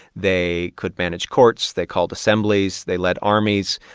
they could manage courts. they called assemblies. they led armies.